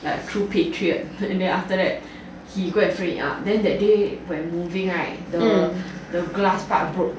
like true patriot then after that he go and frame it up then that day when moving right the glass part broke